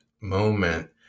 moment